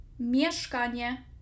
Mieszkanie